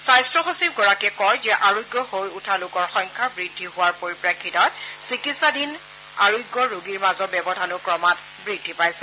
স্বাস্থ্য সচিব গৰাকীয়ে কয় যে আৰোগ্য হৈ উঠা লোকৰ সংখ্যা বৃদ্ধি হোৱাৰ পৰিপ্ৰেক্ষিতত চিকিৎসাধীন আৰোগ্য ৰোগীৰ মাজৰ ব্যৱধানো ক্ৰমাৎ বৃদ্ধি পাইছে